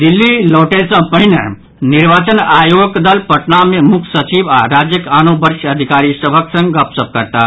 दिल्ली लौटय सँ पहिने निर्वाचन आयोगक दल पटना मे मुख्य सचिव आओर राज्यक आनो वरिष्ठ अधिकारी सभक संग गप शप करताह